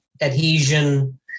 adhesion